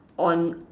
on